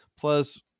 Plus